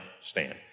stand